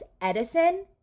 Edison